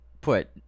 put